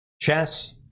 chess